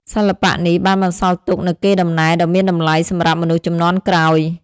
សិល្បៈនេះបានបន្សល់ទុកនូវកេរដំណែលដ៏មានតម្លៃសម្រាប់មនុស្សជំនាន់ក្រោយ។